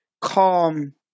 calm